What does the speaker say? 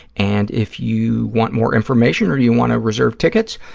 and if you want more information or you want to reserve tickets,